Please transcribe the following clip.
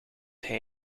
hij